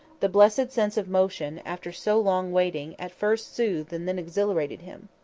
the blessed sense of motion, after so long waiting, at first soothed and then exhilarated him.